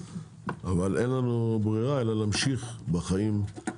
אבל אין לנו בררה אלא להמשיך בחיים.